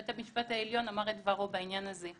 בית המשפט העליון אמר את דברו בעניין הזה.